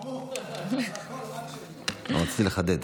רק רציתי לחדד.